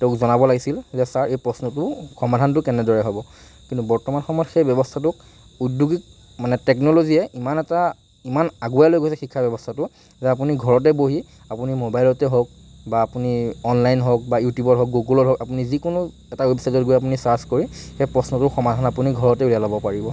তেওঁক জনাব লাগিছিল যে ছাৰ এই প্ৰশ্নটোৰ সমাধানটো কেনেদৰে হ'ব কিন্তু বৰ্তমান সময়ত সেই ব্যৱস্থাটোক উদ্যোগিক মানে টেকনলজীয়ে ইমান এটা ইমান আগুৱাই লৈ গৈছে শিক্ষা ব্যৱস্থাটো যে আপুনি ঘৰতে বহি আপুনি মবাইলতে হওক বা আপুনি অনলাইন হওক বা ইউটিউবত হওক গগুলত হওক আপুনি যিকোনো এটা ৱেবচাইটত গৈ আপুনি ছাৰ্চ কৰি সেই প্ৰশ্নটোৰ সমাধান আপুনি ঘৰতে উলিয়াই ল'ব পাৰিব